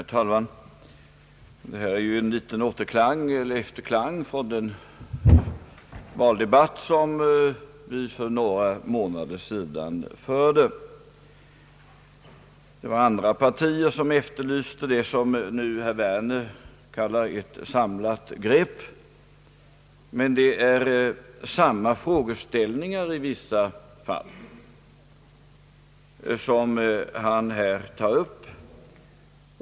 Herr talman! Detta är ju en liten efterklang från den valdebatt som vi förde för några månader sedan. Det var andra partier som då efterlyste det som herr Werner nu kallar ett samlat grepp, men det är i vissa fall samma frågeställningar som han här tar upp.